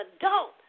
adult